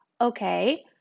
Okay